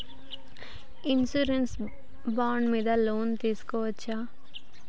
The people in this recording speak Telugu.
ఇన్సూరెన్స్ బాండ్ మీద లోన్ తీస్కొవచ్చా?